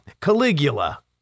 Caligula